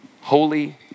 Holy